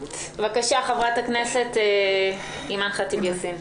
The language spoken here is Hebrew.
בבקשה חברת הכנסת אימאן ח'טיב יאסין.